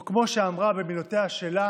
או כמו שאמרה במילותיה שלה,